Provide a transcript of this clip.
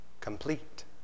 Complete